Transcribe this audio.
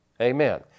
Amen